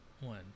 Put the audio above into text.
one